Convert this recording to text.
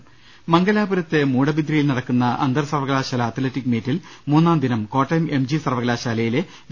്് മംഗലാപുരത്തെ മൂടബിദ്രിയിൽ നടക്കുന്ന അന്തർസർവ്വകലാശാല അത്ലറ്റിക് മീറ്റിൽ മൂന്നാം ദിനം കോട്ടയം എം ജി സർവ്വകലാശാലയിലെ വി